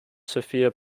sofia